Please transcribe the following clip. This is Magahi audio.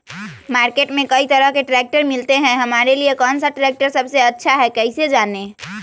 मार्केट में कई तरह के ट्रैक्टर मिलते हैं हमारे लिए कौन सा ट्रैक्टर सबसे अच्छा है कैसे जाने?